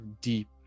deep